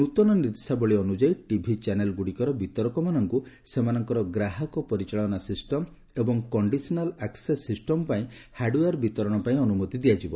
ନୂତନ ନିର୍ଦ୍ଦେଶାବଳୀ ଅନୁଯାୟୀ ଟିଭି ଚ୍ୟାନେଲଗୁଡ଼ିକର ବିତରକମାନଙ୍କୁ ସେମାନଙ୍କର ଗ୍ରାହକ ପରିଚାଳନା ସିଷ୍ଟମ ଏବଂ କଣ୍ଡିଶନାଲ ଆକ୍ସେସ୍ ସିଷ୍ଟମ ପାଇଁ ହାର୍ଡୱେୟାର ବିତରଣ ପାଇଁ ଅନୁମତି ଦିଆଯିବ